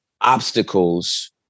obstacles